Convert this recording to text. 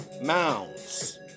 Mounds